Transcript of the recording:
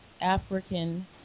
African